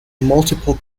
multiple